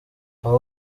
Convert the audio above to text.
aba